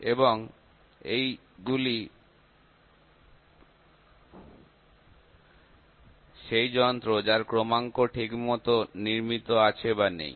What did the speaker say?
এবং এইগুলি সেই যন্ত্র যার ক্রমাংক ঠিকমতো নির্মিত আছে বা নেই